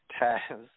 Taz